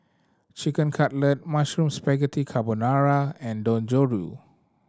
Chicken Cutlet Mushroom Spaghetti Carbonara and Dangojiru